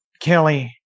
Kelly